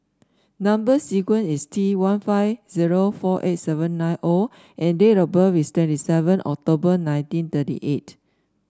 number sequence is T one five zero four eight seven nine O and date of birth is twenty seven October nineteen thirty eight